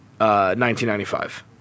1995